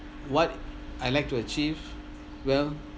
what I like to achieve well